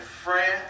France